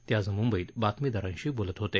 ते आज मंंबईत बातमीदारांशी बोलत होते